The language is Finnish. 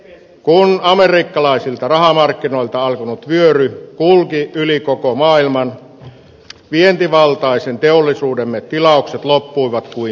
kun amerikkalaisilta rahamarkkinoilta alkanut vyöry kulki yli koko maailman vientivaltaisen teollisuutemme tilaukset loppuivat kuin seinään